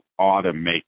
automate